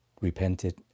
repented